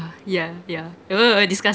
uh yeah yeah !eeyer! disgusting